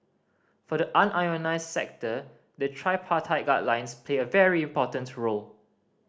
for the unionised sector the tripartite guidelines play a very important role